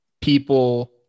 people